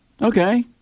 Okay